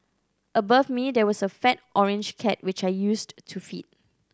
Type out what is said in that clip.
above me there was a fat orange cat which I used to feed